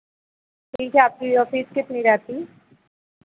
ठीक है आपकी फ़ीस कितनी रहती